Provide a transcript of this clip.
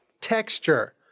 Texture